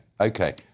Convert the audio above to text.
okay